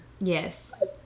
Yes